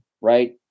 right